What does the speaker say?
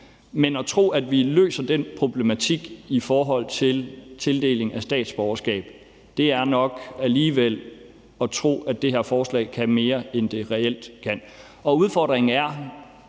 Men at tro, at vi løser den problematik i forbindelse med tildeling af statsborgerskab, er nok alligevel at tro, at det her forslag kan mere, end det reelt kan. Udfordringen er